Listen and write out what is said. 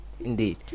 Indeed